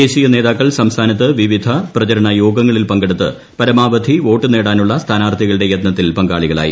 ദേശീയ നേതാക്കൾ സംസ്ഥാനത്ത് വിവിധ പ്രചരണ യോഗങ്ങളിൽ പങ്കെടുത്ത് പരമാവധി വോട്ട് നേടാനുള്ള സ്ഥാനാർത്ഥികളുടെ യത്നത്തിൽ പങ്കാളികളായി